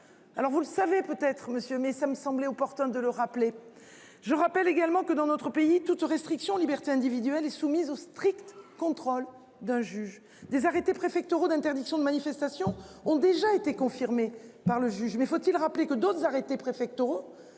Alors vous le savez peut-être monsieur mais ça me semblait opportun de le rappeler. Je rappelle également que dans notre pays. Toute restriction aux libertés individuelles et soumis au strict contrôle d'un juge des arrêtés préfet. Toro d'interdiction de manifestations ont déjà été confirmée par le juge mais faut-il rappeler que d'autres arrêtés préfectoraux